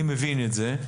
אני מבין את זה,